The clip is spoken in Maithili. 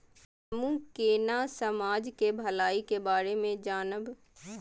हमू केना समाज के भलाई के बारे में जानब?